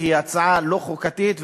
היא הצעה לא חוקתית,